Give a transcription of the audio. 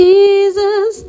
Jesus